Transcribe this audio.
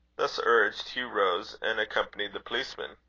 thus urged, hugh rose and accompanied the policeman.